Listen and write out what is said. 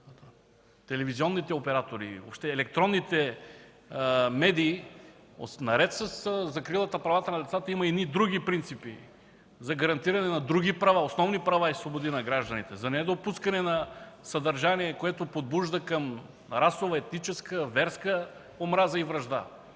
телевизионните оператори и въобще електронните медии, наред със закрилата на правата на децата има и едни други принципи за гарантиране на други права, основни права и свободи на гражданите, за недопускане на съдържание, което подбужда към расова, етническа, верска омраза и вражда,